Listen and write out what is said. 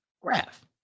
Graph